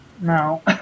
No